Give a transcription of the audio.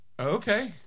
Okay